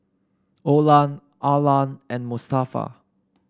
Olan Arlan and Mustafa